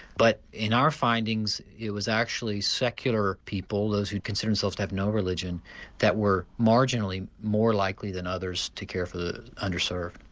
but in our findings it was actually secular people, those who considered themselves to have no religion that were marginally more likely than others to care for the underserved.